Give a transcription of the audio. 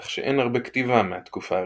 כך שאין הרבה כתיבה מהתקופה הראשונה.